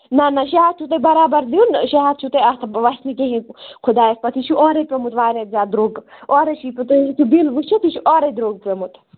نہ نہ شٮ۪ے ہَتھ چھو تۄہہِ بَرابر دِیُن شٮ۪ے ہَتھ چھُ تۄہہِ اَتھ وَتھِ نہٕ کِہیٖنۍ خۄدایَس پَتھ یہِ چھُ اورٕے پٮ۪ومُت واریاہ زیاد دٕرۄگ اوورٕے چھُ تُہۍ ہیکِو بِل وٕچھِتھ یہِ چھُ اوورٕے دٕرۄگ پٮ۪ومُت